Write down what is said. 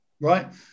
right